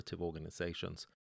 organizations